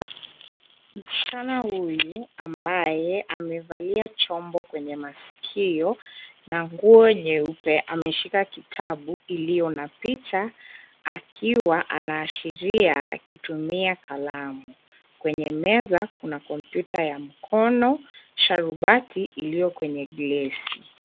Msichana huyu ambaye amevalia chombo kwenye masikio na nguo nyeupe, ameshika kitabu iliyo na picha, akiwa anaashiria akitumia kalamu. Kwenye meza kuna kompyuta ya mkono, sharubati iliyo kwenye glesi.